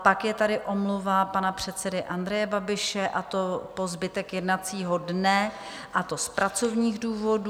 Pak je tady omluva pana předsedy Andreje Babiše po zbytek jednacího dne, a to z pracovních důvodů.